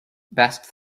best